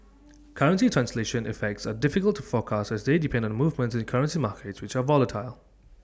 currency translation effects are difficult to forecast as they depend on movements in currency markets which are volatile